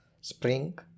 spring